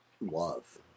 love